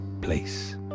place